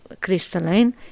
crystalline